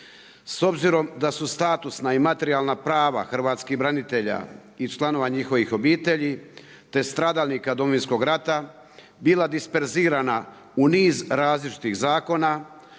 S obzirom da su statusna i materijalna prava hrvatskih branitelja i članova njihovih obitelji te stradalnika Domovinskog rata bila disperzirana u niz različitih zakona,